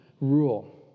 rule